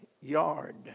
yard